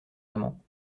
amant